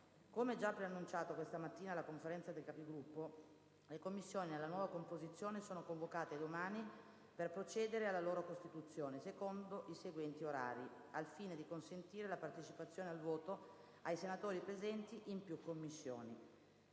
Come già preannunciato questa mattina alla Conferenza dei Capigruppo, le Commissioni, nella nuova composizione, sono convocate domani per procedere alla loro costituzione, secondo i seguenti orari, al fine di consentire la partecipazione al voto ai senatori presenti in più Commissioni: